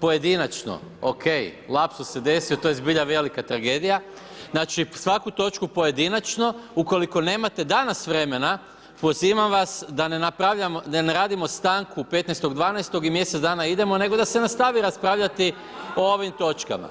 pojedinačno, ok, lapsus se desio, to je zbilja velika tragedija, znači svaku točku pojedinačno, ukoliko nemate danas vremena, pozivam vas da ne radimo stanku 15.12. i mjesec dana idemo nego da se nastavi raspravljati i ovim točkama.